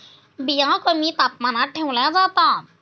बिया कमी तापमानात ठेवल्या जातात